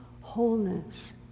wholeness